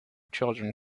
children